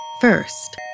First